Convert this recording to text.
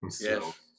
Yes